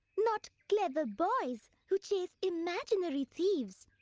not clever boys who chase imaginary thieves.